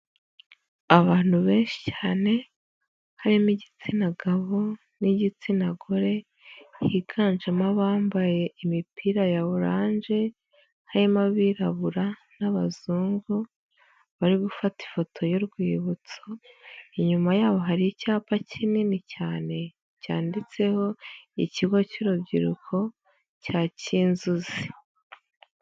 Abantu benshi cyane, harimo igitsina gabo, n'igitsina gore, higanjemo abambaye imipira ya orange, harimo abirabura n'abazungu, bari gufata ifoto y'urwibutso, inyuma yabo hari icyapa kinini cyane cyanditseho ikigo cy'urubyiruko cya Kinzuzi.